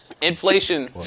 Inflation